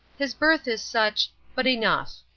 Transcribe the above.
his birth is such but enough!